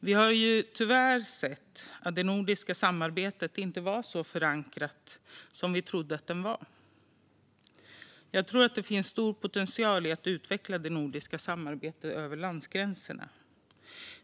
Vi har tyvärr sett att det nordiska samarbetet inte är så förankrat som vi trodde att det var, men jag tror det finns en stor potential i att utveckla det nordiska samarbetet över landsgränserna.